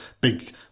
big